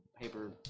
paper